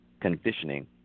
conditioning